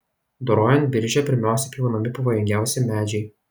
dorojant biržę pirmiausia pjaunami pavojingiausi medžiai